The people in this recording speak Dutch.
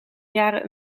jaren